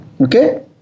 Okay